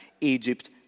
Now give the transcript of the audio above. Egypt